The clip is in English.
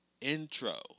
Intro